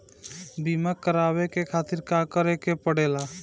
बीमा करेवाए के खातिर का करे के पड़ेला?